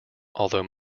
although